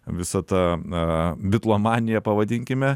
visa ta a biplomanija pavadinkime